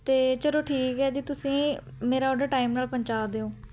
ਅਤੇ ਚਲੋ ਠੀਕ ਹੈ ਜੀ ਤੁਸੀਂ ਮੇਰਾ ਔਡਰ ਟਾਈਮ ਨਾਲ ਪਹੁੰਚਾ ਦਿਓ